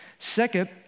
Second